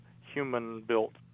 human-built